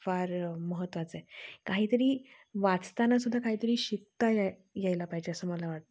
फार महत्त्वाचं आहे काहीतरी वाचताना सुद्धा काहीतरी शिकता या यायला पाहिजे असं मला वाटतं